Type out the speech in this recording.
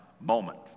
moment